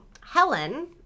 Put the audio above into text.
Helen